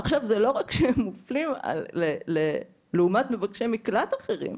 עכשיו זה לא רק שהם מופלים לעומת מבקשי מקלט אחרים,